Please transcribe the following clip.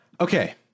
Okay